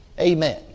Amen